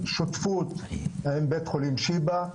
שותפות עם בית חולים שיבא,